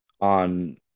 on